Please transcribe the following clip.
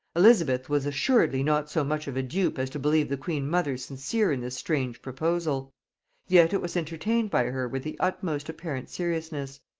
elizabeth was assuredly not so much of a dupe as to believe the queen-mother sincere in this strange proposal yet it was entertained by her with the utmost apparent seriousness.